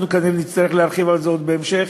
אנחנו כנראה נצטרך להרחיב על זה בהמשך.